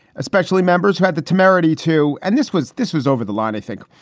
especially members who had the temerity to. and this was this was over the line, i think,